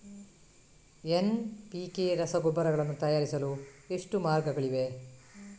NPK ರಸಗೊಬ್ಬರಗಳನ್ನು ತಯಾರಿಸಲು ಎಷ್ಟು ಮಾರ್ಗಗಳಿವೆ?